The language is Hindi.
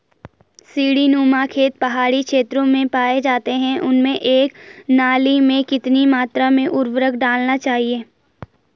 सीड़ी नुमा खेत पहाड़ी क्षेत्रों में पाए जाते हैं उनमें एक नाली में कितनी मात्रा में उर्वरक डालना चाहिए?